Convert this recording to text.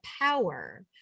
power